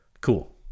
cool